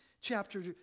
Chapter